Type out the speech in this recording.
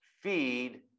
feed